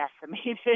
decimated